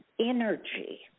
energy